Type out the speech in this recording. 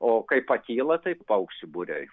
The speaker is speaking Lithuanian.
o kai pakyla tai paukščių būriai